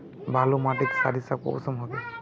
बालू माटित सारीसा कुंसम होबे?